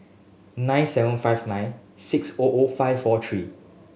nine seven five nine six O O five four three